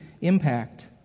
impact